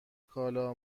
کالا